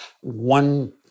one